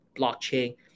blockchain